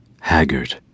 haggard